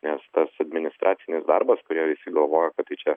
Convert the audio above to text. nes tas administracinis darbas kur jie visi galvoja kad tai čia